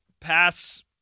pass